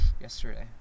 Yesterday